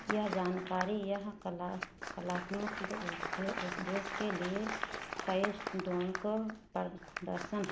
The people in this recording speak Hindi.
यह जानकारी यह कलास कलात्मक उद्दे उद्देश्य के लिए प्रदर्शन है